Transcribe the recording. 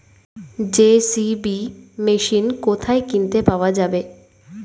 JCB machine কোথায় কিনতে পাওয়া যাবে?